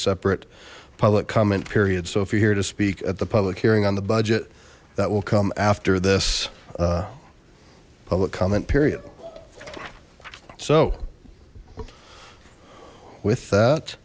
separate public comment period so if you're here to speak at the public hearing on the budget that will come after this public comment period so with that